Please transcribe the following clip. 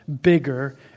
bigger